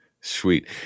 sweet